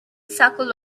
circle